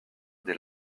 des